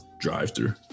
drive-through